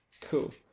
Cool